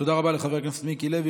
תודה רבה לחבר הכנסת מיקי לוי.